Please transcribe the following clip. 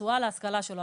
התשואה להשכלה שלו,